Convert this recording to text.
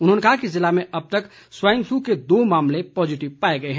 उन्होंने कहा कि ज़िले में अब तक स्वाइन फ्लू के दो मामले पॉजिटिव पाए गए हैं